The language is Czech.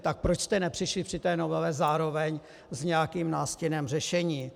Tak proč jste nepřišli při té novele zároveň s nějakým nástinem řešení?